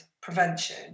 prevention